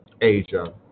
Asia